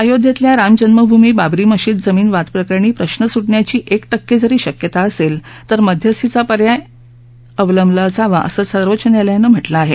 अयोध्येतल्या राम जन्मभूमी बाबरी मशीद जमीन वाद प्रकरणी प्रश्न सुटण्याची एक टक्के जरी शक्यता असेल तर मध्यस्थीचा पर्याय विचारात घेतला पाहिजे असं सर्वोच्च न्यायालयानं म्हटलं आहे